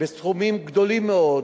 בסכומים גדולים מאוד,